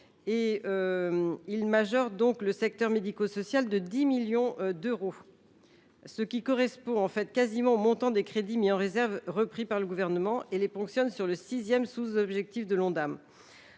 de dépenses du secteur médico social de 100 millions d’euros, ce qui correspond quasiment au montant des crédits mis en réserve repris par le Gouvernement, et à ponctionner cette somme sur le sixième sous objectif de l’Ondam.